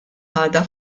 għadha